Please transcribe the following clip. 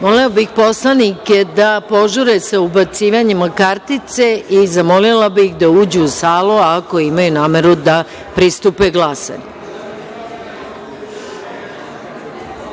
kvorum. Molila bih poslanike da požure sa ubacivanjem kartice i zamolila bih da uđu u salu ako imaju nameru da pristupe